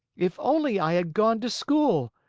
if only i had gone to school!